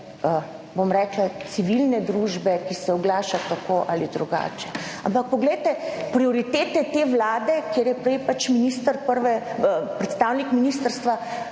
bom rekla, civilne družbe, ki se oglaša tako ali drugače. Ampak poglejte prioritete te Vlade, kjer je prej minister, predstavnik ministrstva